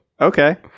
Okay